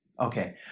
Okay